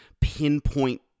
pinpoint